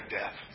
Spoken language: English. death